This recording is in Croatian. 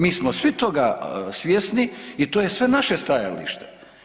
Mi smo svi toga svjesni i to je sve naše stajalište.